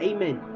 Amen